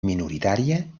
minoritària